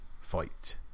fight